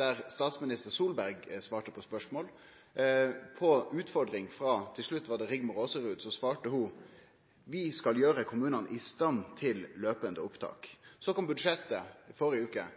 da statsminister Solberg svarte på spørsmål. På ei utfordring frå til slutt Rigmor Aasrud svarte ho at ein skal gjere kommunane i stand til å ha løpande opptak. Så kom budsjettet